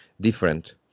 different